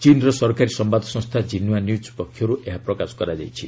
ଚୀନ୍ର ସରକାରୀ ସମ୍ଭାଦ ସଂସ୍ଥା 'ଜିନୁଆ ନ୍ୟୁଜ୍ ପକ୍ଷରୁ ଏହା ପ୍ରକାଶ କରାଯାଇଛି